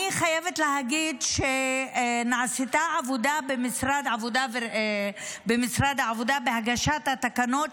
אני חייבת להגיד שנעשית עבודה במשרד העבודה בהגשת התקנות,